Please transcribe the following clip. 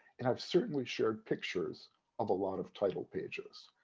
and i've certainly shared pictures of a lot of title pages,